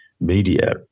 media